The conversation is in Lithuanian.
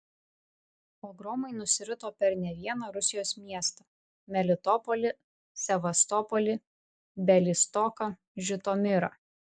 pogromai nusirito per ne vieną rusijos miestą melitopolį sevastopolį bialystoką žitomirą